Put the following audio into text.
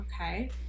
Okay